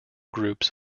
groups